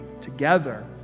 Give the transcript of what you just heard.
together